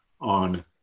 on